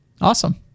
awesome